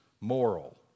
moral